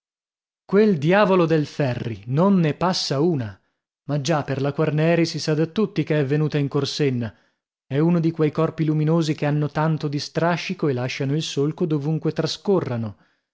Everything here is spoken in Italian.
quel diavolo del ferri non ne passa una ma già per la quarneri si sa da tutti che è venuta in corsenna è uno di quei corpi luminosi che hanno tanto di strascico e lasciano il solco dovunque trascorrano